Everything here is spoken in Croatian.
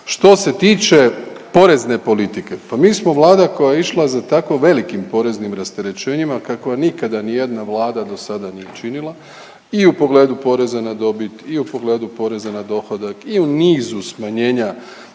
Što se tiče porezne politike, pa mi smo vlada koja je išla za tako velikim poreznim rasterećenjima kakve nikada nijedna vlada do sada nije činila i u pogledu porezana dobit i u pogledu poreza na dohodak i u nizu smanjenja